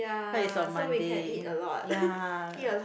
but it's on Monday ya